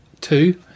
Two